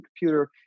computer